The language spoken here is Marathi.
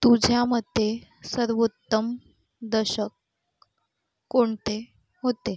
तुझ्या मते सर्वोत्तम दशक कोणते होते